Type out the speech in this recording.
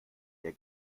der